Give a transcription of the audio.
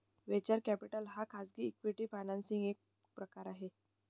venture capital हा खाजगी equity financing चा एक प्रकार आहे